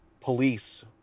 police